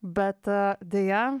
bet deja